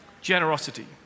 Generosity